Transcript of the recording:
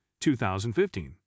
2015